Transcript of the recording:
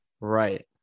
Right